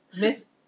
Miss